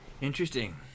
Interesting